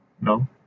No